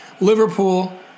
Liverpool